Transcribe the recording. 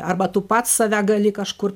arba tu pats save gali kažkur